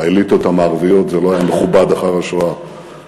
באליטות המערביות זה לא היה מכובד אחרי השואה